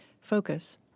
focus